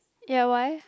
ya why